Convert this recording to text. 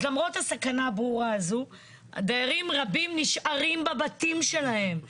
אז למרות הסכנה הברורה הזו דיירים רבים נשארים בבתים שלהם.